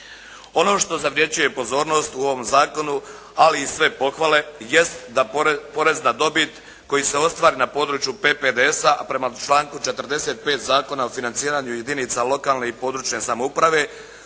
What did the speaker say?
Ono što zavređuje pozornost u ovom zakonu, ali i sve pohvale jest da porezna dobit koja se ostvari na području PPDS-a, a prema članku 45. Zakona o financiranju jedinica lokalne i područne samouprave